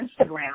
Instagram